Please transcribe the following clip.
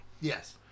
Yes